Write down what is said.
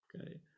Okay